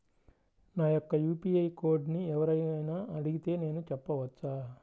నా యొక్క యూ.పీ.ఐ కోడ్ని ఎవరు అయినా అడిగితే నేను చెప్పవచ్చా?